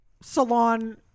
salon